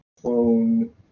clone